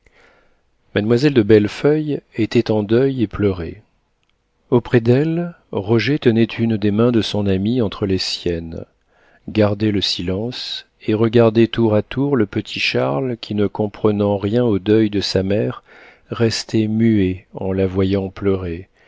mademoiselle de bellefeuille était en deuil et pleurait auprès d'elle roger tenait une des mains de son amie entre les siennes gardait le silence et regardait tour à tour le petit charles qui ne comprenant rien au deuil de sa mère restait muet en la voyant pleurer